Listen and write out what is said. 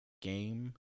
game